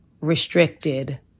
restricted